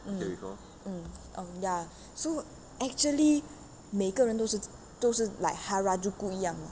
mm mm um ya so actually 每个人都是都是 like harajuku 一样的